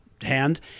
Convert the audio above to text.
hand